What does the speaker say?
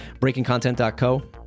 breakingcontent.co